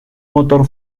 motor